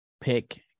pick